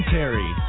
Terry